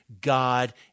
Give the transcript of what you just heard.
God